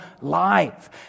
life